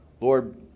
Lord